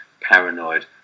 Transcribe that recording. paranoid